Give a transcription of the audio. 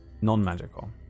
non-magical